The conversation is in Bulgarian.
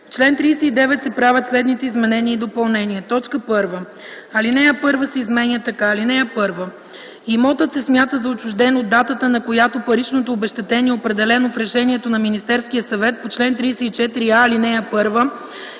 чл. 39 се правят следните изменения и допълнения: 1. Алинея 1 се изменя така: „(1) Имотът се смята за отчужден от датата, на която паричното обезщетение, определено в решението на Министерския съвет по чл. 34а, ал. 1